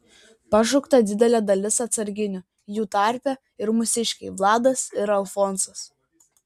pašaukta didelė dalis atsarginių jų tarpe ir mūsiškiai vladas ir alfonsas